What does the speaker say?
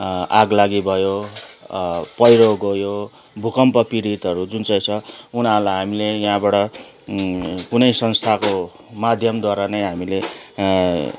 आगलगी भयो पहिरो गयो भूकम्प पीड़ितहरू जुन चाहिँ छ उनीहरूलाई हामीले यहाँबाट कुनै संस्थाको माध्यमद्वारा नै हामीले